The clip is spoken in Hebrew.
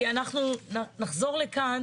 כי אנחנו נחזור לכאן,